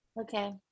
Okay